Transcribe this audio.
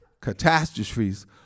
catastrophes